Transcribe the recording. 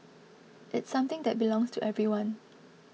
it's something that belongs to everyone